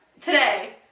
today